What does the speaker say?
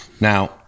Now